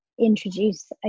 introduce